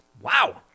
Wow